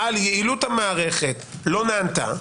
על יעילות המערכת לא נענתה.